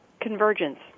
Convergence